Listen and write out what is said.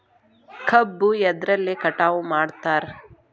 ಕಬ್ಬು ಎದ್ರಲೆ ಕಟಾವು ಮಾಡ್ತಾರ್?